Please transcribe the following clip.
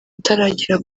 utaragera